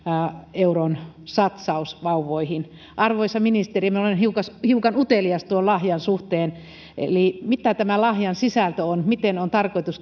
euron satsaus vauvoihin arvoisa ministeri minä olen hiukan hiukan utelias tuon lahjan suhteen eli mikä tämä lahjan sisältö on miten on tarkoitus